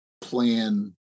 plan